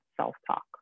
self-talk